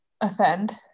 offend